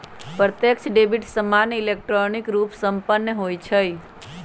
प्रत्यक्ष डेबिट सामान्य इलेक्ट्रॉनिक रूपे संपन्न होइ छइ